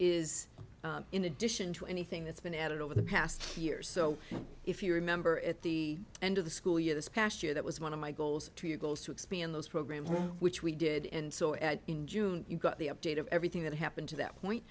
is in addition to anything that's been added over the past two years so if you remember at the end of the school year this past year that was one of my goals to your goals to expand those programs which we did and so in june you got the update of everything that happened to that point